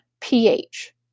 pH